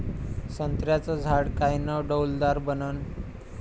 संत्र्याचं झाड कायनं डौलदार बनन?